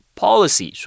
policy